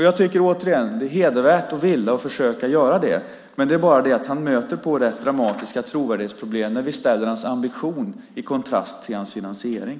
Jag tycker återigen att det är hedervärt att försöka göra det, det är bara det att han möter rätt dramatiska trovärdighetsproblem när vi ställer hans ambition i kontrast till hans finansiering.